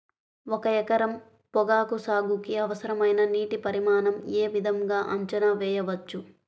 ఒక ఎకరం పొగాకు సాగుకి అవసరమైన నీటి పరిమాణం యే విధంగా అంచనా వేయవచ్చు?